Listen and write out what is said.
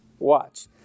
watch